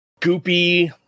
goopy